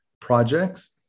projects